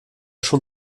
schon